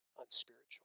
unspiritual